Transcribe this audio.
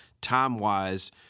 time-wise